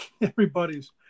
everybody's